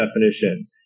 definition